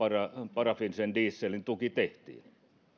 parafiinisen dieselin tuki tehtiin